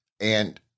And-